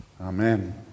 Amen